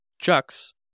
Chucks